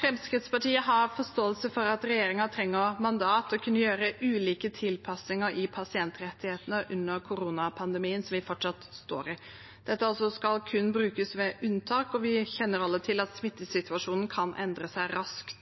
Fremskrittspartiet har forståelse for at regjeringen trenger mandat til å kunne gjøre ulike tilpasninger i pasientrettighetene under koronapandemien, som vi fortsatt står i. Dette skal altså kun brukes ved unntak, og vi kjenner alle til at smittesituasjonen kan endre seg raskt.